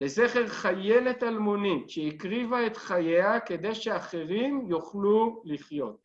לזכר חיילת אלמונית שהקריבה את חייה כדי שאחרים יוכלו לחיות.